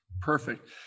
Perfect